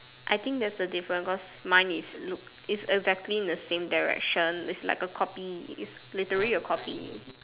I think that's the difference because mine is look is exactly in the same direction is like a copy is literally a copy